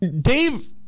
Dave